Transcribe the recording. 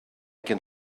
can